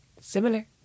similar